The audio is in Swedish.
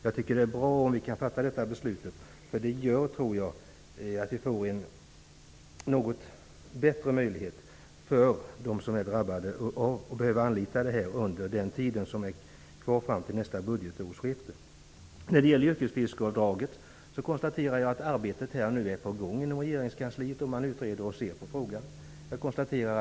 Jag tycker att det är bra om vi kan fatta detta beslut, för det gör, tror jag, att vi får en något bättre möjlighet för dem som är drabbade av att behöva anlita försäkringen under den tid som är kvar fram till nästa budgetårsskifte. När det gäller yrkesfiskeavdraget konstaterar jag att arbetet nu är på gång inom regeringskansliet. Man utreder och ser på frågan.